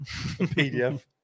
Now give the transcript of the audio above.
PDF